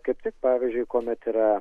kaip tik pavyzdžiui kuomet yra